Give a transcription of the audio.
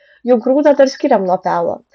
juk grūdą dar skiriam nuo pelo